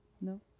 No